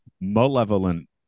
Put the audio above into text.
malevolent